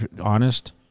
honest